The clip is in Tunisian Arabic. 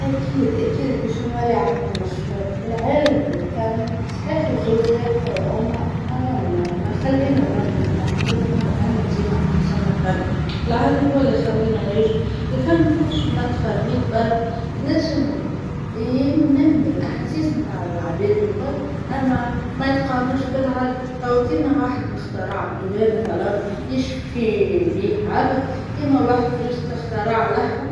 أكيد أكيد باش نولي عالم مشهور، العلم والفن صحيح الزوز ينفعو الأمه خلينا نبدو متافقين أن العلم ديما أحسن من الفن، العلم هو اللي يخلينا نعيشو، الفن تحسو متاع تفرهيد برك، ينجم ينمي الأحاسيس متاع العباد الكل أما يتقارنش بالعلم، توا كيما واحد ختارع الدوا مثلا يشفي بيه عبد كيما واحد خترع لحن.